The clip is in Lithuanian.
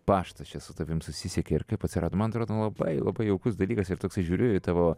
paštas čia su tavim susisiekė ir kaip atsirad man atrodo nu labai labai jaukus dalykas ir toksai žiūriu į tavo